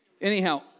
Anyhow